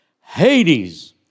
Hades